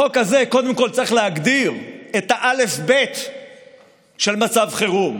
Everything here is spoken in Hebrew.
החוק הזה קודם כול צריך להגדיר את האלף-בית של מצב חירום,